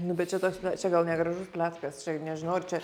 nu bet čia toks ple čia gal negražus pletkas čia nežinau ar čia